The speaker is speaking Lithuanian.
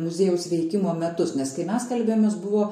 muziejaus veikimo metus nes kai mes kalbėjomės buvo